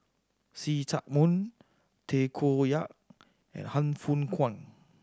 See Chak Mun Tay Koh Yat and Han Fook Kwang